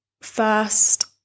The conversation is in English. first